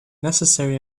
necessary